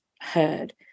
heard